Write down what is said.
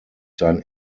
sein